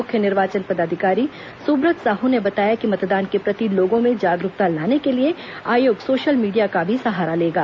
मुख्य निर्वाचन पदाधिकारी सुब्रत साहू ने बताया कि मतदान के प्रति लोगों में जागरूकता लाने के लिए आयोग सोशल मीडिया का भी सहारा लेगा